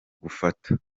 gufata